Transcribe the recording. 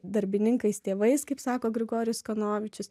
darbininkais tėvais kaip sako grigorijus kanovičius